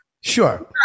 sure